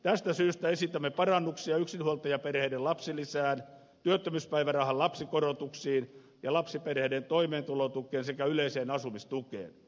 tästä syystä esitämme parannuksia yksinhuoltajaperheiden lapsilisään työttömyyspäivärahan lapsikorotuksiin ja lapsiperheiden toimeentulotukeen sekä yleiseen asumistukeen